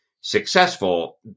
successful